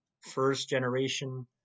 first-generation